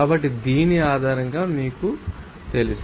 కాబట్టి దీని ఆధారంగా మీకు తెలుసు